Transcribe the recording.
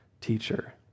teacher